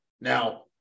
Now